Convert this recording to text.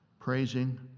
Praising